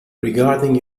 regarding